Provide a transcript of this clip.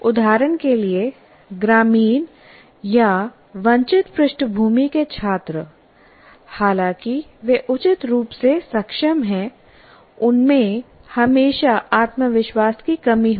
उदाहरण के लिए ग्रामीण या वंचित पृष्ठभूमि के छात्र हालांकि वे उचित रूप से सक्षम हैं उनमें हमेशा आत्मविश्वास की कमी होगी